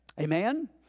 Amen